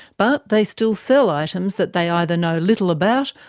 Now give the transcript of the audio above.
but they still sell items that they either know little about,